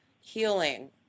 healing